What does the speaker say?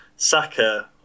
Saka